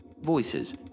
Voices